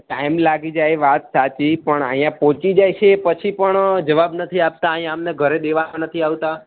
time લાગી જાય એ વાત સાચી પણ અહિયાં પહોચી જાય છે પછી પણ જવાબ નથી આપતા અહિયાં અમને ઘરે દેવા નથી આવતા